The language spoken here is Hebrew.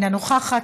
אינה נוכחת,